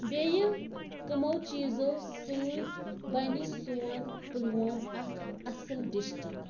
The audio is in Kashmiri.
بیٚیہِ کَمو چیٖزو سۭتۍ بَنہِ سون پُلووم اکھ اصٕل ڈِسٹرک